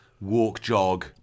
walk-jog